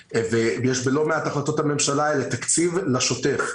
ובלא מעט מהחלטות הממשלה יש תקציב לשוטף.